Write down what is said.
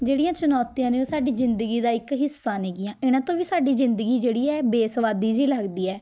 ਜਿਹੜੀਆਂ ਚੁਣੌਤੀਆਂ ਨੇ ਉਹ ਸਾਡੀ ਜ਼ਿੰਦਗੀ ਦਾ ਇੱਕ ਹਿੱਸਾ ਨੇ ਗੀਆਂ ਇਨ੍ਹਾਂ ਤੋਂ ਵੀ ਸਾਡੀ ਜ਼ਿੰਦਗੀ ਜਿਹੜੀ ਹੈ ਬੇਸਵਾਦੀ ਜੀ ਲੱਗਦੀ ਹੈ